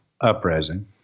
Uprising